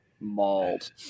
mauled